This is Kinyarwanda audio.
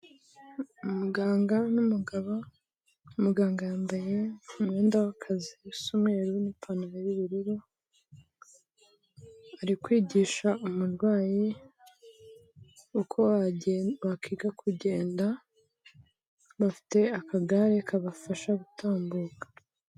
Umuganga n'umugabo, umuganga yambaye umwenda w'akazi usa umweru n'ipantaro y'ubururu, ari kwigisha umurwayi uko bakwiga kugenda, bafite akagare kabafasha gutambuka.